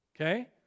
okay